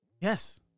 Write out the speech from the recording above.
Yes